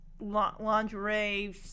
lingerie